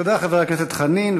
תודה, חבר הכנסת חנין.